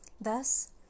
Thus